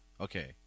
Okay